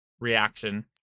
reaction